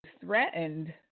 threatened